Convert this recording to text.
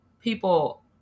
people